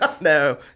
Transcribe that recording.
no